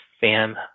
fan